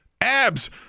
abs